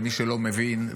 למי שלא מבין.